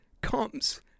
comes